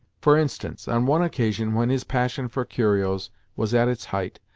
for instance, on one occasion when his passion for curios was at its height,